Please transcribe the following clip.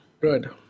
Good